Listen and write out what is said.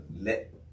let